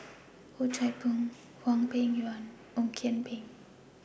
Oh Chai Hoo Hwang Peng Yuan and Ong Kian Peng